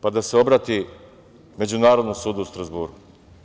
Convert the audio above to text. Pa, da se obrati Međunarodnom sudu u Strazburu.